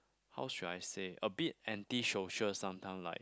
how should I say a bit anti social sometime like